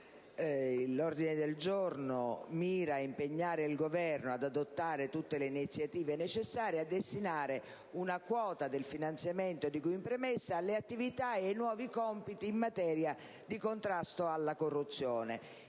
L'ordine del giorno in esame mira ad impegnare il Governo ad adottare tutte le iniziative necessarie a destinare una quota del finanziamento di cui in premessa alle attività e ai nuovi compiti in materia di contrasto alla corruzione,